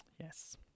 Yes